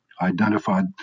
identified